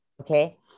okay